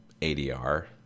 ADR